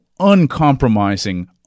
Uncompromising